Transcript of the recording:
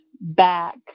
back